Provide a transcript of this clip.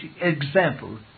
example